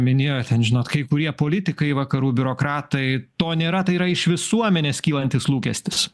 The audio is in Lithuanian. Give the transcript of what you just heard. minėjo ten žinot kai kurie politikai vakarų biurokratai to nėra tai yra iš visuomenės kylantis lūkestis